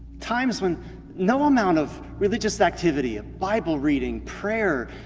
times when no amount of religious activity, of bible reading, prayer,